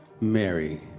Mary